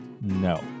No